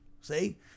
See